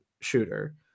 shooter